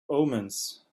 omens